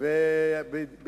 בצורה כזאת או אחרת.